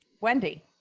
Wendy